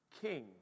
King